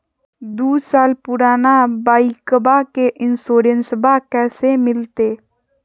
दू साल पुराना बाइकबा के इंसोरेंसबा कैसे मिलते?